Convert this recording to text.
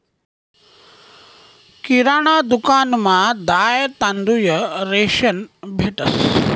किराणा दुकानमा दाय, तांदूय, रेशन भेटंस